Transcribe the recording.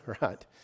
right